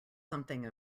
something